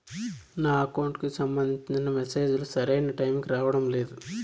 నా అకౌంట్ కు సంబంధించిన మెసేజ్ లు సరైన టైము కి రావడం లేదు